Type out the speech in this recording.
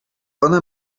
ona